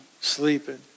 Sleeping